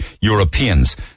Europeans